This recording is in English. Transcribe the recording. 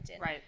Right